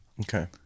Okay